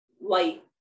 light